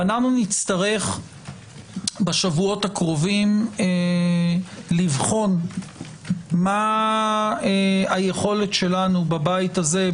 ואנחנו נצטרך בשבועות הקרובים לבחון מה היכולת שלנו בבית הזה,